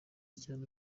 cyane